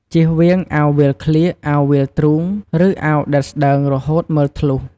ជៀសវាងអាវវាលក្លៀក អាវវាលទ្រូង ឬអាវដែលស្តើងរហូតមើលធ្លុះ។